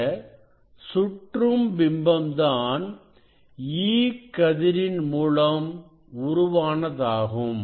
இந்த சுற்றும் பிம்பம் தான் E கதிரின் மூலம் உருவானதாகும்